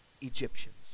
Egyptians